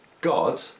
God